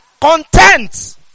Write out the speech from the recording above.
content